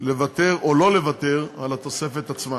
לוותר או לא לוותר על התוספת עצמה.